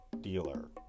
dealer